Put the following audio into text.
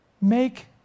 Make